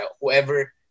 whoever